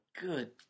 Good